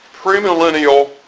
premillennial